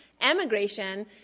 emigration